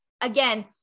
again